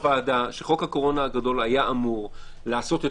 חוק הקורונה הגדול היה אמור לעשות את